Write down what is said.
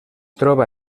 troba